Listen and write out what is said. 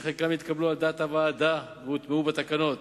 שחלקן התקבלו על דעת הוועדה והוטמעו בתקנות.